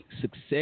success